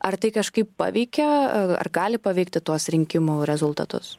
ar tai kažkaip paveikia ar gali paveikti tuos rinkimų rezultatus